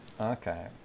Okay